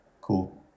Cool